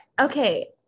Okay